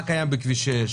מה קיים בכביש 6?